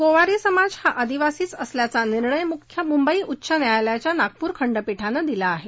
गोवारी समाज हा आदिवासीच असल्याचा निर्णय मुंबई उच्च न्यायालयाच्या नागपूर खंडपीठानं दिला आहे